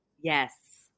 Yes